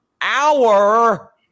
hour